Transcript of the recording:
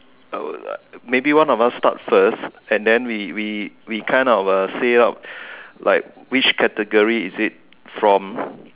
uh maybe one of us start first and then we we we kind of uh say out like which category is it from